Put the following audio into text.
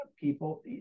people